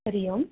Hari Om